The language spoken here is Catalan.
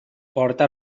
porta